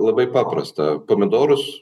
labai paprasta pomidorus